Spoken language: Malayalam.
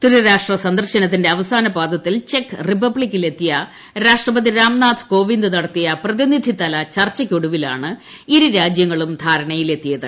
ത്രിരാഷ്ട്ര സന്ദർശനത്തിന്റെ അവസാനപാദത്തിൽ ചെക്ക് റിപ്പബ്ലിക്കിലെത്തിയ രാഷ്ട്രപതി രാംനാഥ് കോവിന്ദ് നടത്തിയ പ്രതിനിധിതല ചർച്ചയ്ക്കൊടുവിലാണ് ഇരുരാജ്യങ്ങളും ധാരണയിലെത്തിയത്